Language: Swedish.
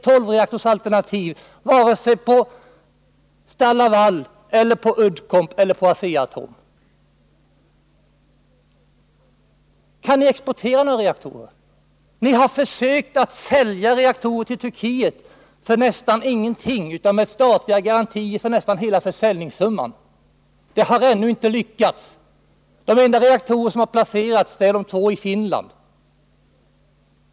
Tolvreaktorsalternativet ger inga flera jobb vare sig på STAL-LAVAL, Uddcomb eller Asea-Atom. Kan ni exportera några reaktorer? Ni har försökt sälja reaktorer till Turkiet för nästan ingenting och med statliga garantier för nästan hela försäljningssumman. Det har ännu inte lyckats. De enda reaktorer som har placerats är de två i Finland.